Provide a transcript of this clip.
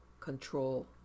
control